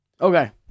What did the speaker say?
Okay